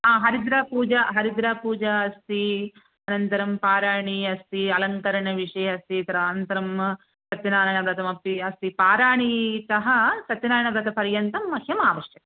हरिद्रापूजा हरिद्रपूजा अस्ति अनन्तरं पाराणि अस्ति अलङ्करणविषये अस्ति तत्र अनन्तरं सत्यनारायणव्रतमपि अस्ति पारानीतः सत्यनारायणव्रतपर्यन्तं मह्यं आवश्यकं